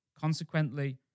Consequently